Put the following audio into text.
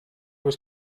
was